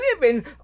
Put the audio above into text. living